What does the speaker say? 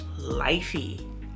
lifey